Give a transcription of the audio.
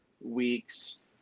Weeks